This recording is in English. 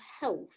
health